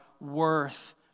worth